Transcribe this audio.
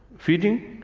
feeding,